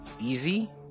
easy